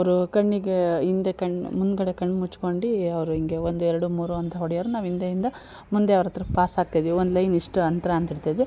ಅವರು ಕಣ್ಣಿಗೆ ಹಿಂದೆ ಕಣ್ಣು ಮುಂದುಗಡೆ ಕಣ್ಣು ಮುಚ್ಕೊಂಡು ಅವರು ಹಿಂಗೆ ಒಂದು ಎರಡು ಮೂರು ಅಂತ ಹೊಡೆಯೋರು ನಾವು ಹಿಂದೆಯಿಂದ ಮುಂದೆ ಅವರಹತ್ರ ಪಾಸ್ ಆಗ್ತಾ ಇದೀವಿ ಒನ್ ಲೈನ್ ಇಷ್ಟು ಅಂತರ ಅಂತ ಇಡ್ತಾ ಇದ್ವಿ